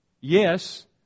Yes